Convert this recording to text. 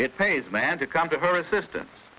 it pays man to come to her assistance